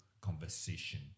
conversation